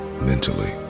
mentally